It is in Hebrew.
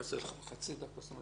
זה לא